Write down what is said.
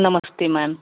हाँ नमस्ते मैम